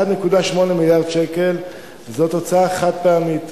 1.8 מיליארד שקל זאת הוצאה חד-פעמית.